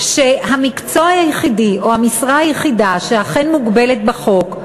שהמקצוע היחידי או המשרה היחידה שאכן מוגבלת בחוק,